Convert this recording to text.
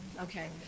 Okay